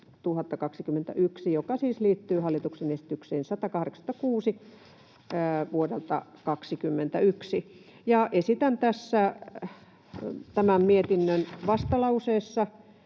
joka siis liittyy hallituksen esitykseen 186 vuodelta 2021. Tämän mietinnön vastalauseessa